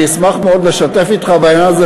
אני אשמח מאוד לשתף אתך בעניין הזה